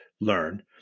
learn